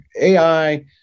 AI